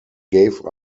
gave